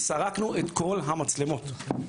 סרקנו את כל המצלמות,